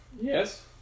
Yes